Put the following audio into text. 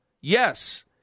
yes